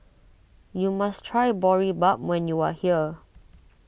you must try Boribap when you are here